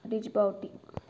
Djibouti